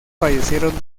fallecieron